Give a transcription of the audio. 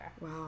Wow